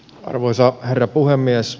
arvoisa herra puhemies